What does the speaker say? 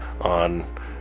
on